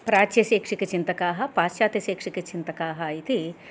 प्राच्यशैक्षिकचिन्तकाः पाश्चात्यशैक्षिकचिन्तकाः इति